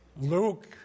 Luke